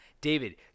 David